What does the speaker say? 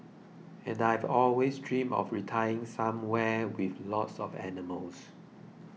and I'd always dreamed of retiring somewhere with lots of animals